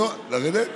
לרדת?